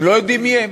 הם לא יודעים מי הם.